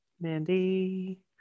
Mandy